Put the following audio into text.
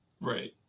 right